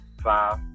five